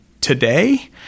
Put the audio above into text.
today